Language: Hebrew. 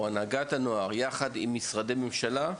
ביחד עם משרדי הממשלה.